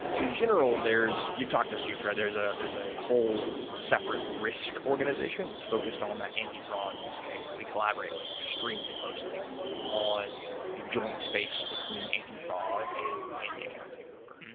in general you've talked to soups. there's ah there's a whole separate risk organization that's focused on the antifraud use case that we collaborate with extremely closely on the joint space between antifraud and anti-account takeover.